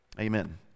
amen